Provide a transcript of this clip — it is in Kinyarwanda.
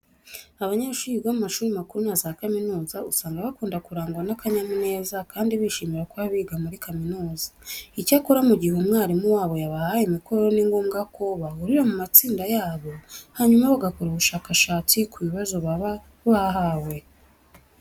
Abanyeshuri biga mu mashuri makuru na za kaminuza usanga bakunda kurangwa n'akanyamuneza kandi bishimira kuba biga muri kaminuza. Icyakora mu gihe umwarimu wabo yabahaye imikoro ni ngombwa ko bahurira mu matsinda yabo hanyuma bagakora ubushakashatsi ku bibazo baba bahawe.